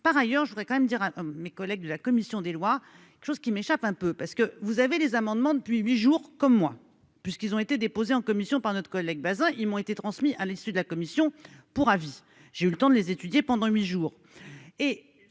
par ailleurs, je voudrais quand même dire à mes collègues de la commission des lois, quelque chose qui m'échappe un peu, parce que vous avez des amendements depuis 8 jours, comme moi, puisqu'ils ont été déposés en commission par notre collègue Bazin, ils m'ont été transmis à l'issue de la commission pour avis, j'ai eu le temps de les étudier pendant huit jours